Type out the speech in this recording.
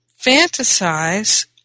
fantasize